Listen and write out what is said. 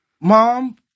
mom